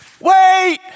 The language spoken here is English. Wait